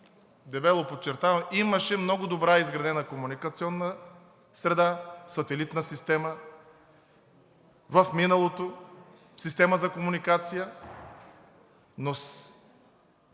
дебело подчертавам, имаше много добра, изградена комуникационна среда, сателитна система в миналото, система за комуникация, която